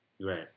Right